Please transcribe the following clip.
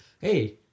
Hey